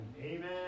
Amen